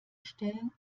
stellen